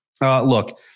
look